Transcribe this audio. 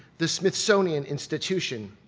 the smithsonian institution.